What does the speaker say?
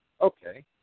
Okay